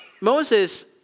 Moses